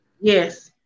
Yes